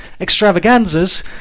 extravaganzas